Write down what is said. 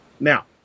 Now